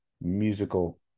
musical